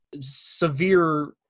severe